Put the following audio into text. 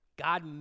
God